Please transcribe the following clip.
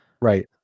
right